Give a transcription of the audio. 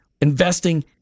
investing